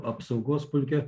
apsaugos pulke